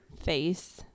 face